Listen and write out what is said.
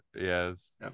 yes